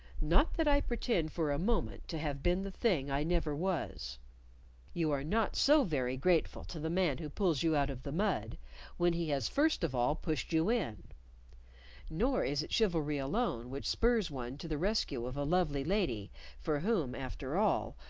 not that i pretend for a moment to have been the thing i never was you are not so very grateful to the man who pulls you out of the mud when he has first of all pushed you in nor is it chivalry alone which spurs one to the rescue of a lovely lady for whom, after all,